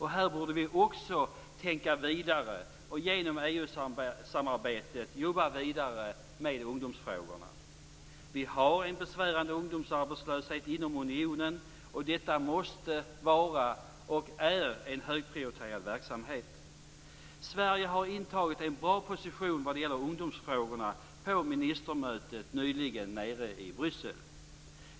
Här borde vi också tänka vidare och genom EU samarbetet jobba vidare med ungdomsfrågorna. Vi har en besvärande ungdomsarbetslöshet inom unionen, och detta måste vara och är en högprioriterad verksamhet. Sverige har intagit en bra position vad gäller ungdomsfrågorna på ministermötet nyligen nere i Bryssel.